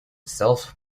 self